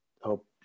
hope